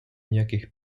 ніяких